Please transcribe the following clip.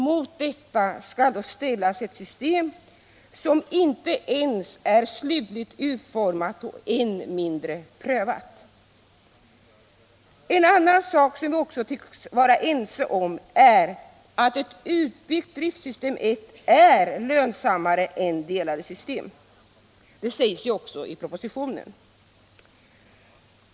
Mot detta skall då ställas ett system som inte ens är slutligt utformat, än mindre prövat. En annan sak som vi också tycks vara ense om är att ett utbyggt driftsystem I är lönsammare än delade system. Det sägs ju också i propositionen.